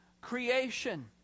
creation